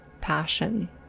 passion